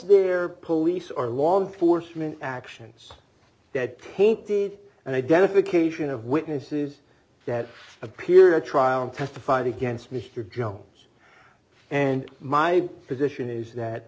there police or law enforcement actions that tape did and identification of witnesses that appeared at trial and testified against mr jones and my position is that